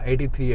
$83